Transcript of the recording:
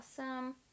awesome